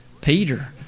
Peter